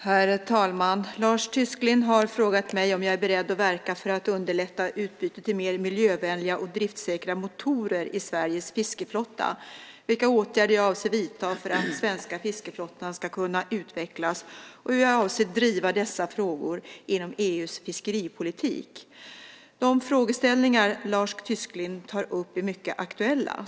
Herr talman! Lars Tysklind har frågat mig om jag är beredd att verka för att underlätta utbyte till mer miljövänliga och driftssäkra motorer i Sveriges fiskeflotta, vilka åtgärder jag avser att vidta för att den svenska fiskeflottan ska kunna utvecklas, och hur jag avser att driva dessa frågor inom EU:s fiskeripolitik. De frågeställningar Lars Tysklind tar upp är mycket aktuella.